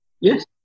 Yes